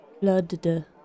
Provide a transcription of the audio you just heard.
blood